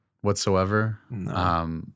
whatsoever